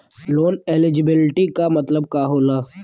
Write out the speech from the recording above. Loan eligibility का मतलब का होला?